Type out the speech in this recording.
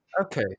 Okay